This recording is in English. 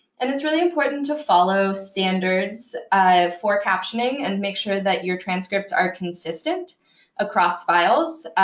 and it's really important to follow standards for captioning, and make sure that your transcripts are consistent across files.